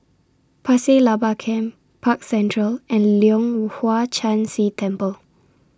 Pasir Laba Camp Park Central and Leong Hwa Chan Si Temple